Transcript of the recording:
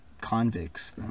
convicts